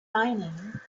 mining